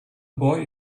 boy